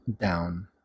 down